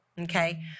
okay